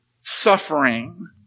suffering